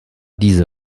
diese